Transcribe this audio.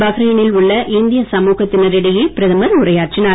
பஹ்ரைனில் உள்ள இந்திய சமூகத்தினர் இடையே பிரதமர் உரையாற்றினார்